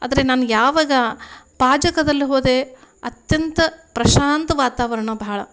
ಆದರೆ ನಾನು ಯಾವಾಗ ಪಾಜಕದಲ್ಲಿ ಹೋದೆ ಅತ್ಯಂತ ಪ್ರಶಾಂತ ವಾತಾವರಣ ಭಾಳ